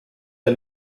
der